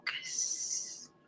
focus